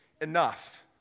enough